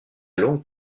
longue